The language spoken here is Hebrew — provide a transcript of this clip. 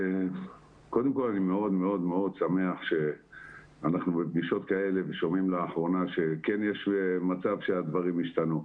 קודם כול אני מאוד שמח שיש דיונים כאלה ואולי יש מצב שהדברים ישתנו.